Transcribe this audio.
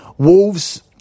Wolves